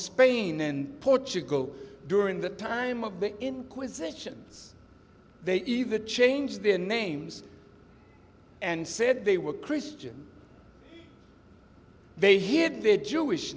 and portugal during the time of the inquisitions they even changed their names and said they were christian they hid their jewish